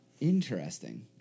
interesting